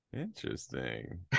interesting